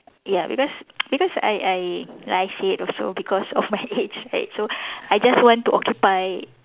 ya because because I I like I said also because of my age right so I just want to occupy